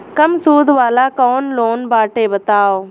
कम सूद वाला कौन लोन बाटे बताव?